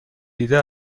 دیده